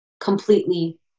completely